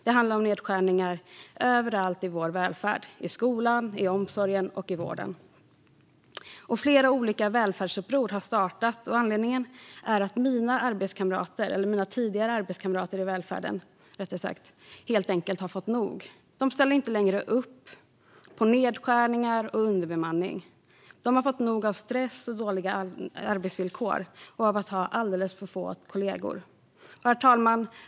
Det handlar om nedskärningar överallt i vår välfärd - i skolan, i omsorgen och i vården. Flera olika välfärdsuppror har startat. Anledningen är att mina tidigare arbetskamrater i välfärden helt enkelt har fått nog. De ställer inte längre upp på nedskärningar och underbemanning. De har fått nog av stress och dåliga arbetsvillkor och av att ha alldeles för få kollegor. Herr talman!